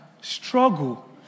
struggle